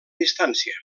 distància